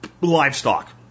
livestock